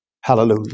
Hallelujah